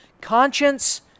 conscience